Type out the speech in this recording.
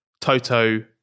Toto